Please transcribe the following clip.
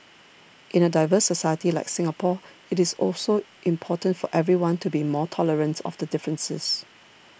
in a diverse society like Singapore it is important for everyone to be more tolerant of differences